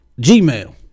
Gmail